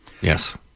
Yes